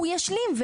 הוא ישלים,